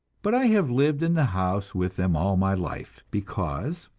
but i have lived in the house with them all my life, because,